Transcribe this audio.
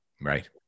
Right